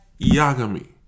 Yagami